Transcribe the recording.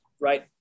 Right